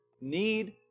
need